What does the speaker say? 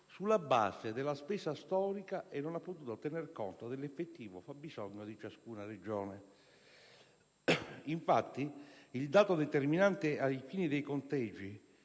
sulla base della spesa storica e non si è potuto tener conto dell'effettivo fabbisogno di ciascuna regione. Infatti, il dato determinante ai fini dei conteggi,